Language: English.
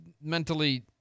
mentally